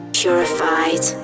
purified